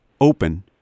open